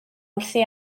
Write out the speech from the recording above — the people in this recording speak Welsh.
wrthi